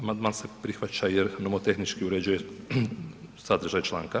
Amandman se prihvaća jer nomotehnički uređuje sadržaj članka.